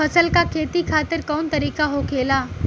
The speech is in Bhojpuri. फसल का खेती खातिर कवन तरीका होखेला?